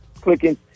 clicking